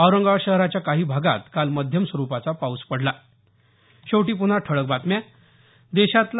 औरंगाबाद शहराच्या काही भागात काल मध्यम स्वरुपाचा पाऊस पडला